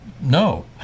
no